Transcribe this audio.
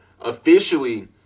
officially